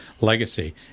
legacy